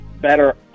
better